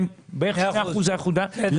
לנו